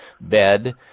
bed